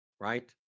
Right